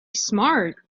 smart